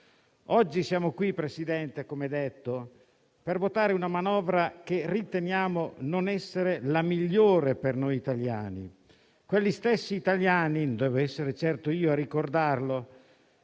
Oggi siamo qui, signor Presidente, per votare una manovra che riteniamo non essere la migliore per noi italiani, quegli stessi italiani, non devo essere certo io a ricordarlo,